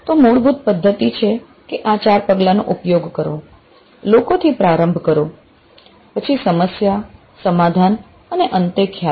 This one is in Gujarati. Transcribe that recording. તો મૂળભૂત પદ્ધતિ છે કે આ ચાર પગલાઓ નો ઉપયોગ કરો લોકોથી પ્રારંભ કરો પછી સમસ્યા સમાધાન અને અંતે ખ્યાલ